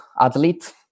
athlete